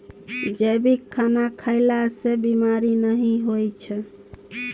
जैविक खाना खएला सँ बेमारी नहि होइ छै